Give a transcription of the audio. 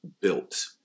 built